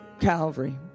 Calvary